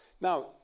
Now